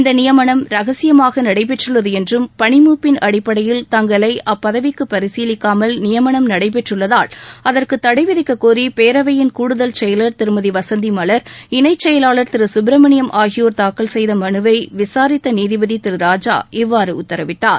இந்த நியமனம் ரகசியமாக நடைபெற்றுள்ளது என்றும் பணிமூப்பின் அடிப்படையில் தங்களை அப்பதவிக்கு பரிசீலிக்காமல் நியமனம் நடைபெற்றுள்ளதால் அதற்கு தடை விதிக்கக் கோரி பேரவையின் கூடுதல் செயல் திருமதி வசந்தி மலர் இணை செயலாளர் திரு சுப்பிரமணியம் ஆகியோர் தாக்கல் செய்த மனுவை விசாித்த நீதிபதி ராஜா இவ்வாறு உத்தரவிட்டார்